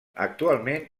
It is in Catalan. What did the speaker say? actualment